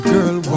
Girl